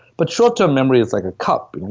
but short-term memory is like a cup,